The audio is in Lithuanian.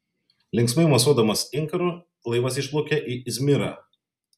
linksmai mosuodamas inkaru laivas išplaukė į izmirą